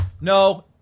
no